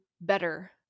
better